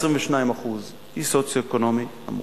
22%. היא במקום סוציו-אקונומי נמוך.